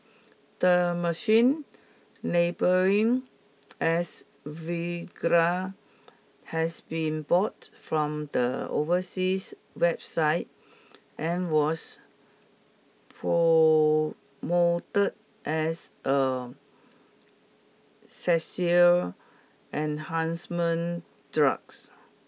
the machine labelling as Viagra has been bought from the overseas website and was promoted as a sexual enhancement drugs